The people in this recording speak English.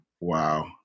Wow